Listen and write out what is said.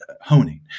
honing